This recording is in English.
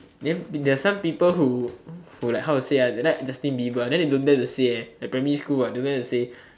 then there are some people who who like how to say ah they like Justin Bieber then they don't dare to say eh like primary school what don't dare to say